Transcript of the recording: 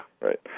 right